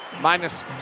Minus